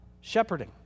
shepherding